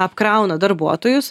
apkrauna darbuotojus